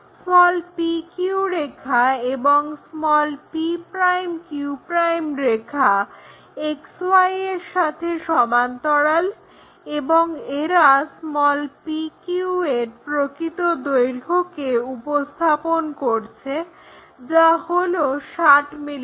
pq রেখা এবং p'q' রেখা XY এর সাথে সমান্তরাল এবং এরা pq এর প্রকৃত দৈর্ঘ্যকে উপস্থাপন করছে যা হলো 60 mm